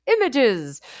images